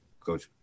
coach